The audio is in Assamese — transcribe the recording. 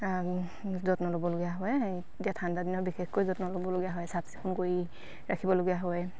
যত্ন ল'বলগীয়া হয় এতিয়া ঠাণ্ডা দিনত বিশেষকৈ যত্ন ল'বলগীয়া হয় চাফ চিকুণ কৰি ৰাখিবলগীয়া হয়